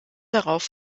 darauf